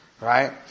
right